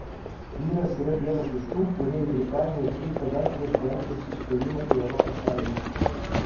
vyras yra vienas iš tų kurie į britaniją atvyko dar prieš lenkijos įstojimą į europos sąjungą